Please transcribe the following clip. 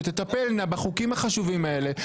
שתטפלנה בחוקים החשובים האלה.